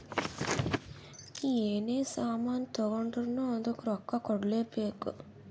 ನೀ ಎನೇ ಸಾಮಾನ್ ತಗೊಂಡುರ್ನೂ ಅದ್ದುಕ್ ರೊಕ್ಕಾ ಕೂಡ್ಲೇ ಬೇಕ್